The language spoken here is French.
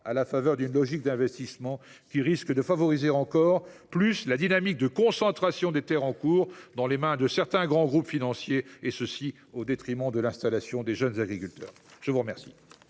à la faveur d’une logique d’investissement, qui risque de favoriser encore plus la dynamique en cours de concentration des terres dans les mains de grands groupes financiers, et cela au détriment de l’installation des jeunes agriculteurs. La parole